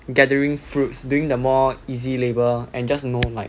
gathering fruits doing the more easy labor and just you know like